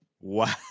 Wow